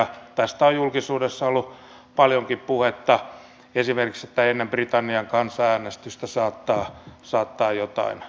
tästä on julkisuudessa ollut paljonkin puhetta esimerkiksi että ennen britannian kansanäänestystä saattaa jotain tapahtua